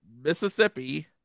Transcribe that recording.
Mississippi